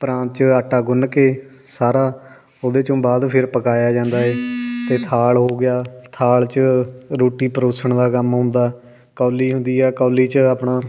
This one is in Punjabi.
ਪਰਾਤ 'ਚ ਆਟਾ ਗੁੰਨ ਕੇ ਸਾਰਾ ਉਹਦੇ 'ਚੋਂ ਬਾਅਦ ਫਿਰ ਪਕਾਇਆ ਜਾਂਦਾ ਏ ਅਤੇ ਥਾਲ ਹੋ ਗਿਆ ਥਾਲ 'ਚ ਰੋਟੀ ਪਰੋਸਣ ਦਾ ਕੰਮ ਹੁੰਦਾ ਕੌਲੀ ਹੁੰਦੀ ਆ ਕੌਲੀ 'ਚ ਆਪਣਾ